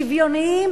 שוויוניים,